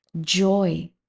joy